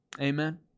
Amen